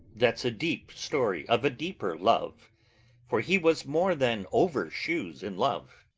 that's a deep story of a deeper love for he was more than over shoes in love.